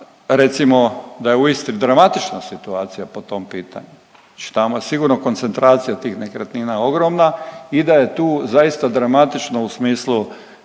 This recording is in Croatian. recimo, da je uistinu dramatična situacija po tom pitanju. Znači tamo je sigurna koncentracija tih nekretnina ogromna i da je tu zaista dramatično u smislu